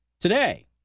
Today